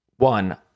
One